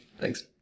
Thanks